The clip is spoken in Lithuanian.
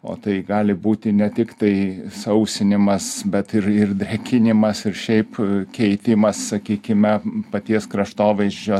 o tai gali būti ne tiktai sausinimas bet ir ir drėkinimas ir šiaip keitimas sakykime paties kraštovaizdžio